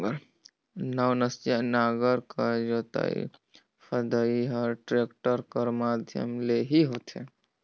नवनसिया नांगर कर जोतई फदई हर टेक्टर कर माध्यम ले ही होथे